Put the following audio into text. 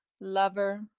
Lover